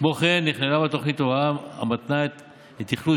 כמו כן נכללה בתוכנית הוראה המתנה את האכלוס